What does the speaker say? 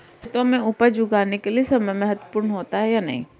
खेतों में उपज उगाने के लिये समय महत्वपूर्ण होता है या नहीं?